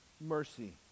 mercy